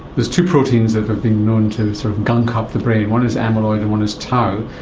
there's two proteins that have been known to sort of gunk up the brain, one is amyloid and one is tau,